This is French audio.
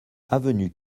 avenue